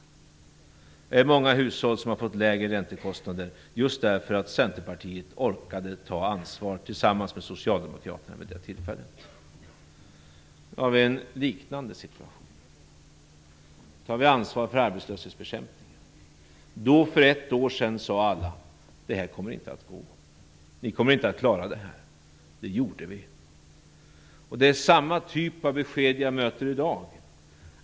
Många hushåll har fått lägre räntekostnader, just därför att Centerpartiet vid det tillfället orkade ta ansvar, tillsammans med Socialdemokraterna. Nu har vi alltså en liknande situation. Nu tar vi ansvar för arbetslöshetsbekämpningen. Då, för ett år sedan, sade alla: Det här kommer inte att gå. Ni kommer inte att klara det här. Det gjorde vi. Samma typ av besked möter jag i dag.